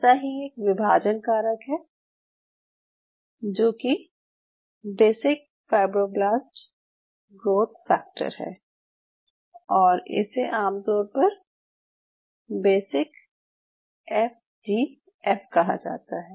ऐसा ही एक विभाजन कारक है जो कि बेसिक फाइब्रोब्लास्ट ग्रोथ फैक्टर है और इसे आमतौर पर बेसिक एफ जी एफ कहा जाता है